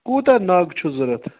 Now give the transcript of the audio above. کوٗتاہ نَگ چھُو ضوٚرَت